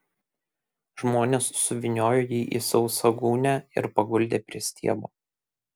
žmonės suvyniojo jį į sausą gūnią ir paguldė prie stiebo